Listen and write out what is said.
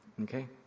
Okay